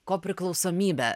ko priklausomybę